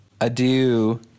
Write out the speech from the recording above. Adieu